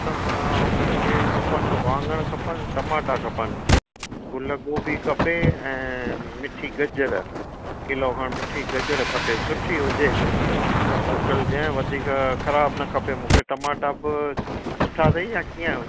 मूंखे खपनि वाङण खपनि टमाटा खपनि गुल गोभी खपे ऐंं मिठी गजर किलो खण मिठी गजर खपे सुठी हुजे त मोकिलिजो वधीक ख़राबु न खपे मूंखे टमाटा बि सुठा अथई यां कीअं